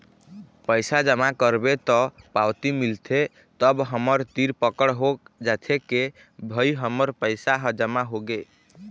पइसा जमा करबे त पावती मिलथे तब हमर तीर पकड़ हो जाथे के भई हमर पइसा ह जमा होगे